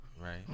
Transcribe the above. right